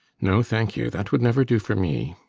no, thank you that would never do for me.